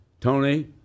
Tony